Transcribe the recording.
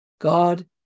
God